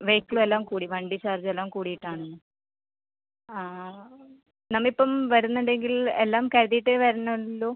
വെഹിക്കിളും എല്ലാം കൂടി വണ്ടി ചാർജ് എല്ലാം കൂടിയിട്ടാണ് നമ്മൾ ഇപ്പം വരുന്നുണ്ടെങ്കിൽ എല്ലാം കരുതിട്ട് വരണം എന്നുള്ളൂ